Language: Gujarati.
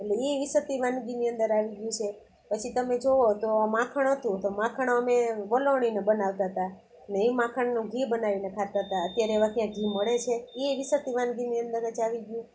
એટલે એય વિસરાતી વાનગીની અંદર આવી ગયું છે પછી તમે જુઓ તો માખણ હતું તો માખણ અમે વલોણીને બનાવતા હતા ને એ માખણનું ઘી બનાવીને ખાતા હતા અત્યારે એવા ક્યાં ઘી મળે છે એય વિસરાતી વાનગીની અંદર જ આવી ગયું